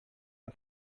een